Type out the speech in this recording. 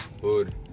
food